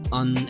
on